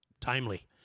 timely